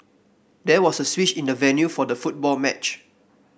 there was a switch in the venue for the football match